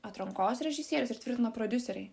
atrankos režisierius ir tvirtina prodiuseriai